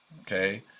Okay